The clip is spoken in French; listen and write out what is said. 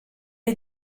est